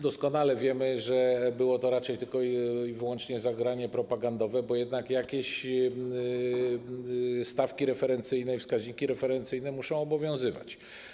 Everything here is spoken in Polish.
Doskonale wiemy, że było to tylko i wyłącznie zagranie propagandowe, bo jednak jakieś stawki referencyjne, wskaźniki referencyjne muszą obowiązywać.